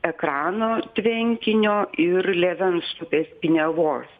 ekrano tvenkinio ir lėvens upės piniavos